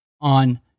on